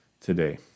today